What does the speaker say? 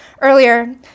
Earlier